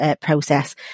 process